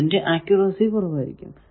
അതിന്റെ അക്ക്യൂറസി കുറവായിരിക്കും